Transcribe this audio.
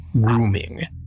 grooming